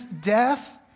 death